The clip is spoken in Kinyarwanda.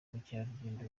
ubukerarugendo